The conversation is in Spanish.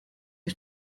que